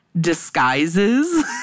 disguises